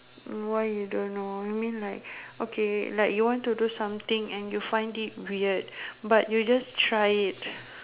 why you don't know I mean like okay like you want to do something and you find it weird but you just try it